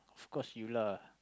of course you lah